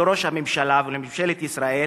לראש הממשלה ולממשלת ישראל